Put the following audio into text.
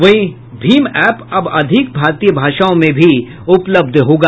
वहीं भीम एप अब अधिक भारतीय भाषाओं में उपलब्ध होगा